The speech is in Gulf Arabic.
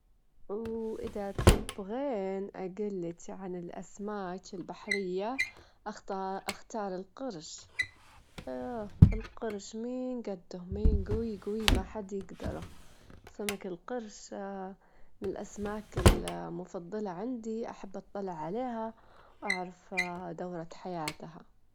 لا تخافين، كل شي مرتب، كل شي تحت السيطرة، طيارات- ترا الطيارات ءامنة، وكل أمورها محسوبة، من شو بتخافين، إذا تحسين إنك متوترة أو خايفة غمضي عيونك وتنفسي، واسترخين ولا تفكرين بالخوف.